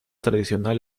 tradicional